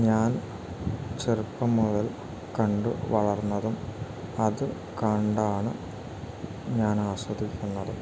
ഞാൻ ചെറുപ്പം മുതൽ കണ്ടു വളർന്നതും അത് കണ്ടാണ് ഞാനാസ്വദിക്കുന്നതും